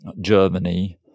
Germany